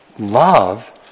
Love